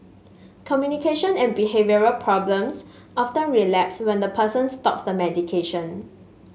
communication and behavioural problems often relapse when the person stops the medication